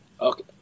okay